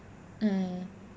mm